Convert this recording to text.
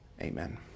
Amen